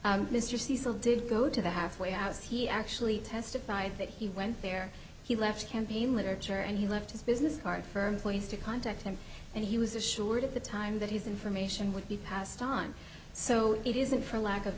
y mr cecil did go to the halfway house he actually testified that he went there he left campaign literature and he left his business card firm place to contact him and he was assured at the time that his information would be passed on so it isn't for lack of